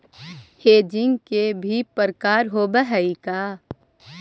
Hedging के भी प्रकार होवअ हई का?